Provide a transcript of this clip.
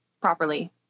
properly